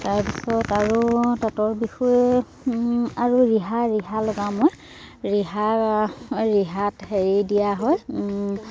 তাৰপিছত আৰু তাঁতৰ বিষয়ে আৰু ৰিহা ৰিহা লগাওঁ মই ৰিহা ৰিহাত হেৰি দিয়া হয়